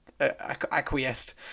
acquiesced